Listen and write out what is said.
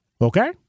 Okay